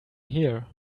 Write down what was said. here